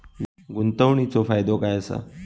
गुंतवणीचो फायदो काय असा?